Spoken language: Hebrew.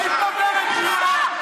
את כל החיים שלו הוא הקדיש למדינה.